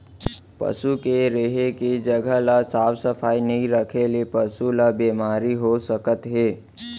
पसू के रेहे के जघा ल साफ सफई नइ रखे ले पसु ल बेमारी हो सकत हे